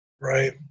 right